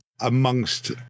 amongst